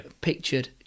pictured